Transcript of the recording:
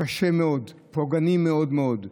קשה מאוד, פוגעני מאוד מאוד,